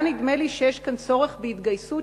היה נדמה לי שיש כאן צורך בהתגייסות